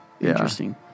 interesting